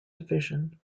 division